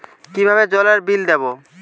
কিভাবে জলের বিল দেবো?